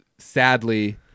Sadly